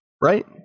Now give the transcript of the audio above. Right